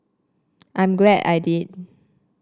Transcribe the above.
I'm glad I did